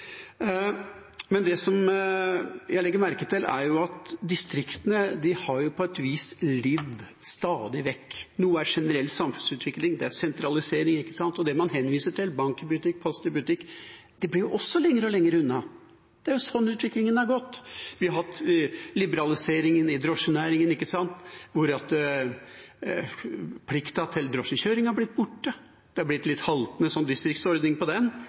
Det jeg legger merke til, er at distriktene på et vis stadig vekk har lidd. Noe er generell samfunnsutvikling, det er sentralisering, og det man henviser til, bank i butikk, Post i butikk, blir også lenger og lenger unna. Det er sånn utviklingen har gått. Vi har hatt liberalisering i drosjenæringen, der plikten til drosjekjøring har blitt borte. Det har blitt en litt sånn haltende distriktsordning